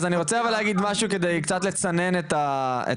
אז אני רוצה להגיד משהו כדי קצת לצנן את החשש.